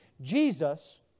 Jesus